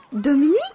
Dominique